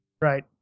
right